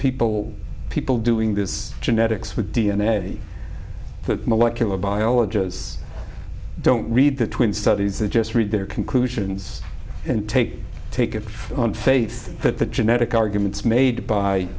people people doing this genetics for d n a molecular biologists don't read the twin studies they just read their conclusions and take take it on faith that the genetic arguments made by